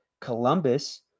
Columbus